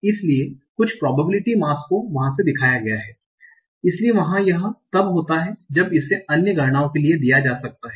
इसलिए कुछ probability mass को वहां से दिखाया गया है इसलिए वहां यह तब होता है जब इसे अन्य गणनाओं के लिए दिया जा सकता है